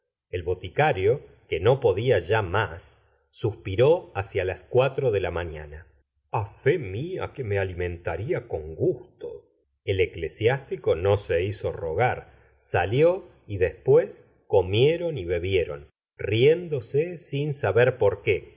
el boticario que no podía ya más suspiró hacia las cuatro de la mañana a fe mía que me alimentaria con gusto el eclesiás tico no se hizo de rogar salió y después comieron y bebieron riéndose sin saber por qué